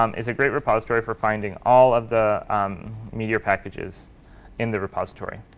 um is a great repository for finding all of the meteor packages in the repository.